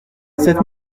cette